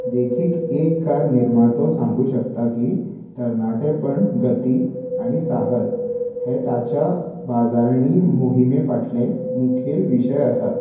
देखीक एक कार निर्मातो सांगूं शकता की तरणाटेपण गती आनी साहस हे ताच्या बाजारणी मोहिमे फाटले मुखेल विशय आसात